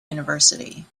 university